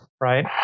Right